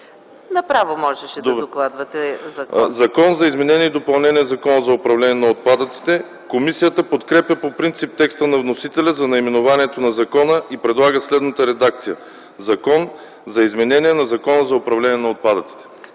управление на отпадъците”. „Закон за изменение и допълнение на Закона за управление на отпадъците.” Комисията подкрепя по принцип текста на вносителя за наименованието на закона и предлага следната редакция: „Закон за изменение на Закона за управление на отпадъците.”